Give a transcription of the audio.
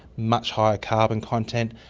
much higher carbon content,